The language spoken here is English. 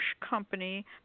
Company